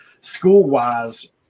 school-wise